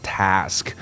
task